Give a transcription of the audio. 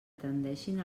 tendeixin